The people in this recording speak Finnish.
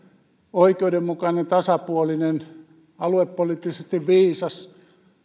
oikeudenmukainen tasapuolinen aluepoliittisesti viisas